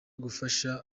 kubafasha